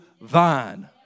vine